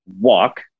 walk